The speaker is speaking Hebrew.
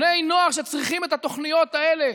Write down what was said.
בני נוער שצריכים את התוכניות האלה,